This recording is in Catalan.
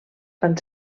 van